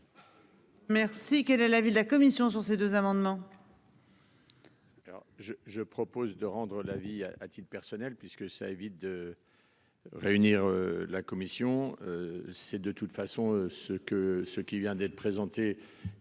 Merci. Quel est l'avis de la commission sur ces deux amendements.-- Alors je, je propose de rendre la vie à titre personnel puisque ça évite de. Réunir la commission c'est de toute façon ce que ce qui vient d'être présenté